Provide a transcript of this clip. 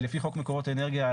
לפי חוק מקורות האנרגיה,